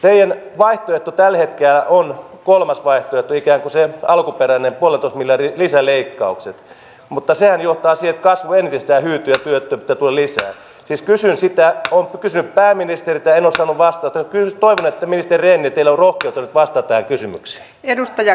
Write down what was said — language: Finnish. ojien vartioitu tällä hetkellä on kolmas vai mikä se alkuperäinen olento millerin lisäleikkaukset mutta sehän johtaa siikaa svengistä eteen että poliiseja siis kysyä sitä on pysyä pääministeriltä en osaa vastata yh paineet ministerien etelä ural päästetään kysymykset edustaja